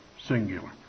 singular